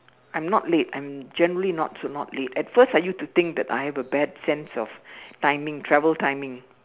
I'm not late I'm generally not so not late at first I used to think I have a bad sense of timing travel timing